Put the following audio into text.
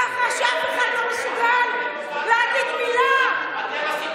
ככה, כשאף אחד לא מסוגל להגיד מילה, אתם מסיתים.